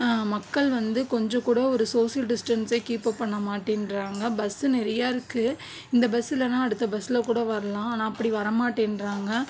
மக்கள் வந்து கொஞ்சம் கூட ஒரு சோசியல் டிஸ்டன்ஸ்சே கீப்பப் பண்ண மாட்டேங்கிறாங்க பஸ்ஸு நிறையா இருக்குது இந்த பஸ் இல்லைனா அடுத்த பஸ்ஸில் கூட வரலாம் ஆனால் அப்படி வரமாட்டேன்கிறாங்க